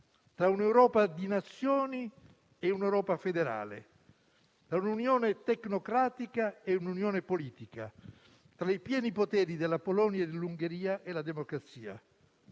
tra un'Europa di Nazioni e un'Europa federale, tra un'unione tecnocratica e un'unione politica, tra i pieni poteri della Polonia e dell'Ungheria e la democrazia.